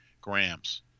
grams